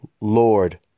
Lord